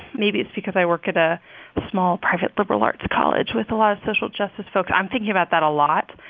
maybe it's because i work at a small, private liberal arts college with a lot of social justice folks. i'm thinking about that a lot.